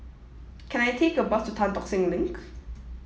can I take a bus to Tan Tock Seng Link